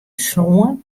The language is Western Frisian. sân